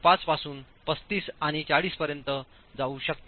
5 पासून 35 आणि 40 पर्यंत जाऊ शकते